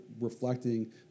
reflecting